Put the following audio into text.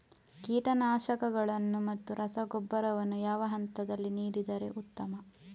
ಕೀಟನಾಶಕಗಳನ್ನು ಮತ್ತು ರಸಗೊಬ್ಬರವನ್ನು ಯಾವ ಹಂತದಲ್ಲಿ ನೀಡಿದರೆ ಉತ್ತಮ?